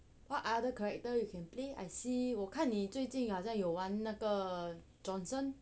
what other character you can play I see 我看你最近好像有玩那个 johnson